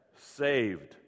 saved